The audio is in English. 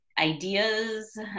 ideas